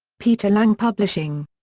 peter lang publishing.